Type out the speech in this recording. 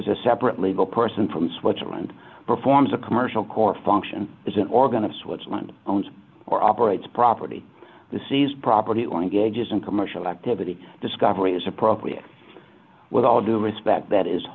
as a separate legal person from switzerland performs a commercial core function as an organ of switzerland owns or operates property to seize property langauges and commercial activity discovery is appropriate with all due respect that is